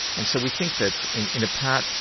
and so we think that, in in a part,